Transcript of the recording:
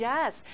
Yes